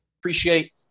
Appreciate